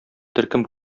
төркем